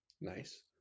Nice